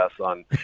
on